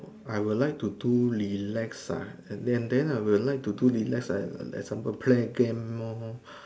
I will like to do relax ah and then I will like to relax and some of play game loh